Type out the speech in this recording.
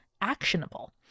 actionable